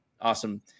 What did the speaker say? awesome